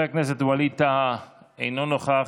חבר הכנסת ווליד טאהא, אינו נוכח,